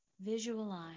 visualize